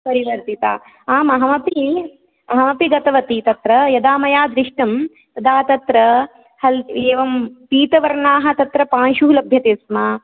परिवर्तिता आम् अहमपि अहमपि गतवती तत्र यदा मया दृष्टं तदा तत्र हल् एवं पीतवर्णाः तत्र पाणिषु लभ्यते स्म